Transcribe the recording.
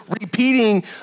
repeating